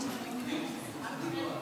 זה סוג של סרקומה נדירה.